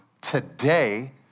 today